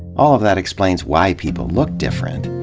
all of that exp lains why people look different.